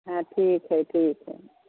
हँ ठीक हइ ठीक हइ